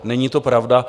Není to pravda.